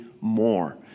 more